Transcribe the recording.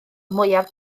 mwyaf